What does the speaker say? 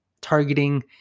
targeting